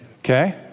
Okay